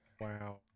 Wow